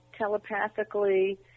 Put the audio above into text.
telepathically